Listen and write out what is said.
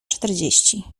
czterdzieści